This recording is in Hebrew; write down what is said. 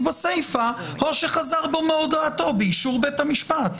בסיפה "או שחזר בו מהודאתו באישור בית המשפט".